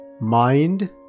mind